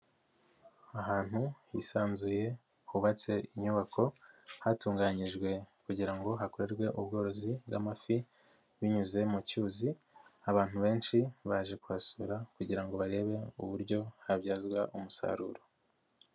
Ahantu hisanzuye hubatse inyubako, hatunganyijwe kugira ngo hakorerwe ubworozi bw'amafi binyuze mu cyuzi, abantu benshi baje kuhasura kugira ngo barebe uburyo habyazwa umusaruro.